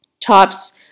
tops